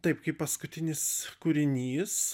taip kaip paskutinis kūrinys